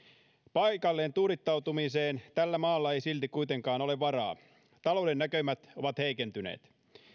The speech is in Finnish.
paikalleen tuudittautumiseen tällä maalla ei silti kuitenkaan ole varaa talouden näkymät ovat heikentyneet